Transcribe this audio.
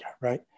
right